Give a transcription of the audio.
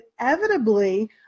inevitably